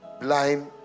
Blind